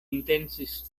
intencis